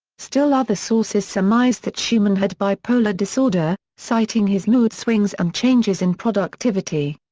still other sources surmise that schumann had bipolar disorder, citing his mood swings and changes in productivity.